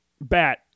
bat